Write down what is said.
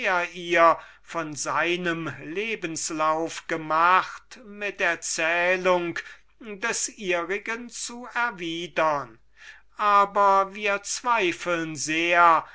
ihr von seinem lebens-lauf gemacht mit erzählung des ihrigen zu erwidern aber wir zweifeln sehr